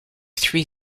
three